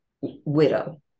widow